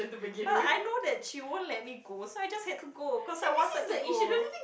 but I know that she won't let me go so I just have to go cause I wanted to go